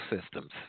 systems